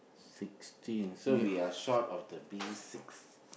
sixteen so we are short of the bee six